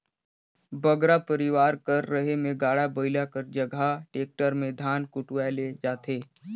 बगरा परिवार कर रहें में गाड़ा बइला कर जगहा टेक्टर में धान कुटवाए ले जाथें